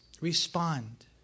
respond